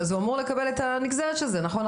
אז הוא אמור לקבל את הנגזרת של זה במילואים,